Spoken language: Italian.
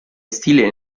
stile